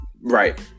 Right